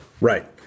Right